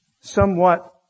somewhat